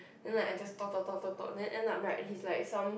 then like I just talk talk talk talk talk then end up right he's like some